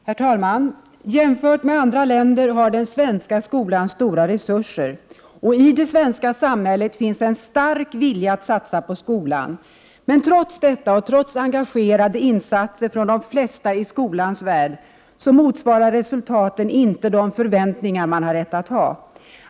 Herr talman! Jämfört med förhållandena i andra länder har den svenska skolan stora resurser. I det svenska samhället finns en stark vilja att satsa på skolan. Trots detta och trots engagerade insatser från de flesta som arbetar i skolans värld, motsvarar resultaten inte de förväntningar man har rätt att ha.